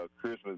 Christmas